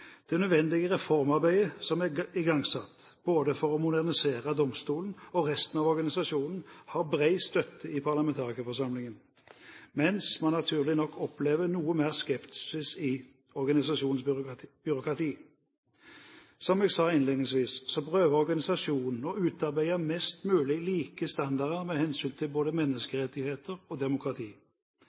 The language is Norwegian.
Det nødvendige reformarbeidet som er igangsatt både for å modernisere domstolen og resten av organisasjonen, har bred støtte i parlamentarikerforsamlingen, mens man naturlig nok opplever noe mer skepsis i organisasjonens byråkrati. Som jeg sa innledningsvis, prøver organisasjonen å utarbeide mest mulig like standarder med hensyn til både menneskerettigheter og demokrati.